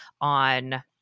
on